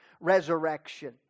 resurrection